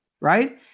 right